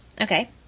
Okay